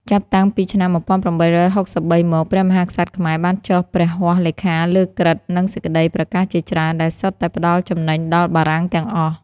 ចាប់តាំងពីឆ្នាំ ១៨៦៣ មក ព្រះមហាក្សត្រខ្មែរ បានចុះព្រះហស្ថលេខាលើក្រឹត្យ ឬ សេចក្ដីប្រកាសជាច្រើន ដែលសុទ្ធតែផ្ដល់ចំណេញដល់បារាំងទាំងអស់។